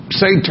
say